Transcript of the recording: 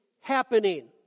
happening